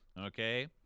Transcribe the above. okay